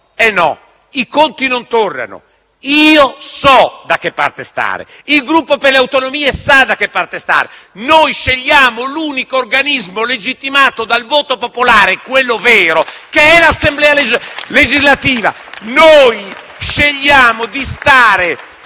no, i conti non tornano. Io so da che parte stare, il Gruppo per le Autonomie sa da che parte stare: noi scegliamo l'unico organismo legittimato dal voto popolare, quello vero, che è l'Assemblea legislativa. *(Applausi dai